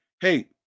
hey